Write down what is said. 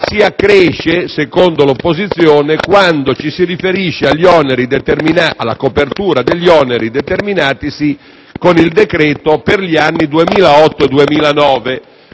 si accresce - secondo l'opposizione - quando ci si riferisce alla copertura degli oneri determinatisi con il decreto per gli anni 2008 e 2009.